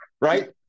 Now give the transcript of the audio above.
Right